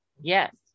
Yes